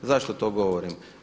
Zašto to govorim?